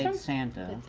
and santa.